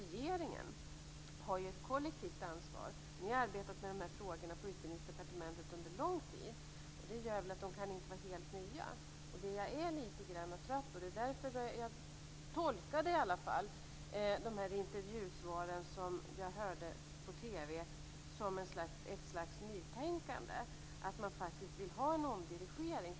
Regeringen har ju ett kollektivt ansvar. Ni har arbetat med de här frågorna på Utbildningsdepartementet under en lång tid. Det gör att de inte kan vara helt nya. Jag tolkade i alla fall de intervjusvar som jag hörde på TV som ett slags nytänkande, att man faktiskt vill ha en omdirigering.